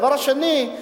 דבר שני,